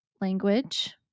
language